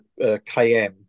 KM